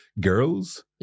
girls